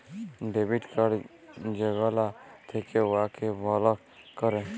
debit card যেগলা থ্যাকে উয়াকে বলক ক্যরে